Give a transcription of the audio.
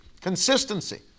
Consistency